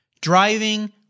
driving